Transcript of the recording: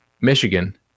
Michigan